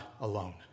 alone